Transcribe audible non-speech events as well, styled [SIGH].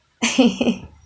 [LAUGHS]